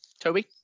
Toby